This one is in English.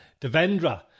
Devendra